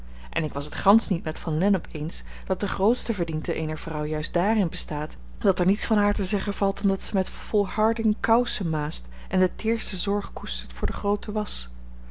en ik was het gansch niet met van lennep eens dat de grootste verdienste eener vrouw juist daarin bestaat dat er niets van haar te zeggen valt dan dat zij met volharding kousen maast en de teerste zorg koestert voor de groote wasch